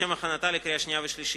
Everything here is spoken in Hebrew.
לשם הכנתה לקריאה שנייה ולקריאה שלישית.